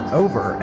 over